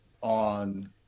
on